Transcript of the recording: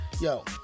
Yo